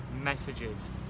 messages